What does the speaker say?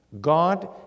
God